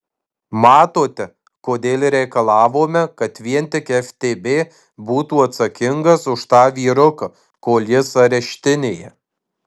matote kodėl reikalavome kad vien tik ftb būtų atsakingas už tą vyruką kol jis areštinėje